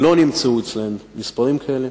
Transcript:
לא נמצאו אצלם מספרים כאלה.